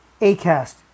Acast